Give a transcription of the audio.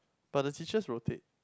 but the teachers rotate